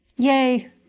Yay